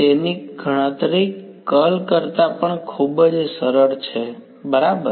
તેની ગણતરી કર્લ કરતા પણ ખૂબ જ સરળ છે બરાબર